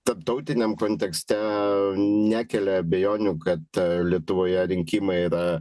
tarptautiniam kontekste nekelia abejonių kad lietuvoje rinkimai yra